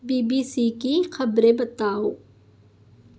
be B C کی خبریں بتاؤ